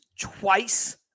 twice